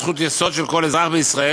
הוא זכות יסוד של כל אזרח בישראל,